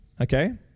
okay